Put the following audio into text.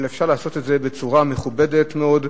אבל אפשר לעשות את זה בצורה מכובדת מאוד,